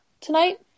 tonight